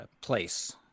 place